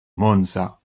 monza